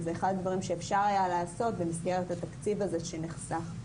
זה אחד הדברים שאפשר היה לעשות במסגרת התקציב הזה שנחסך.